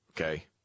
Okay